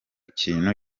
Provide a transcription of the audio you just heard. kintu